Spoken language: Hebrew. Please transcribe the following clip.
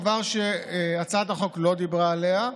דבר שהצעת החוק לא דיברה עליו.